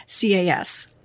CAS